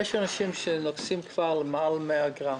אבל יש אנשים שצורכים מעל ל-100 גרם